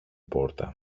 πόρτα